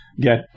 get